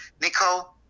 Nicole